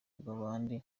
bw’abandi